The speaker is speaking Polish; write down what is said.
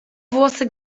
włosy